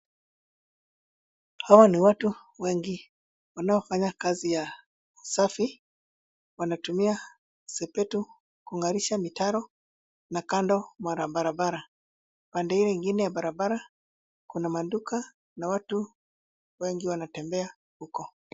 Hawa ni watu wengi wanaofanya kazi ya usafi, wanatumia sepetu king'arisha mitaro na kando ya ya barabara. Pande iyo ingine ya barabara kuna maduka na watu wengi wanatembea huko.